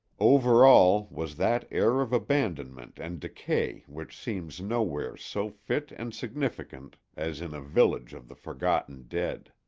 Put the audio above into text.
over all was that air of abandonment and decay which seems nowhere so fit and significant as in a village of the forgotten dead.